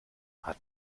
hat